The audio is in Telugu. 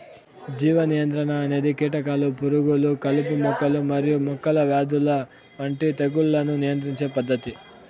జీవ నియంత్రణ అనేది కీటకాలు, పురుగులు, కలుపు మొక్కలు మరియు మొక్కల వ్యాధుల వంటి తెగుళ్లను నియంత్రించే పద్ధతి